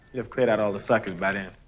you've cleared out all the suckers but